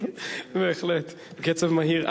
בהחלט, בקצב מהיר.